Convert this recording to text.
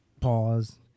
pause